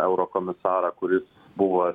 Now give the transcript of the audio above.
eurokomisarą kuris buvo